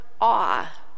awe